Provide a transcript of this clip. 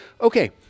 Okay